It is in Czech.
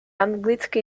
anglický